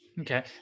Okay